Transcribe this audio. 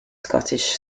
scottish